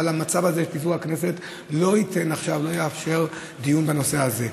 אבל המצב הזה של פיזור הכנסת לא יאפשר דיון בנושא הזה,